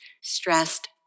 stressed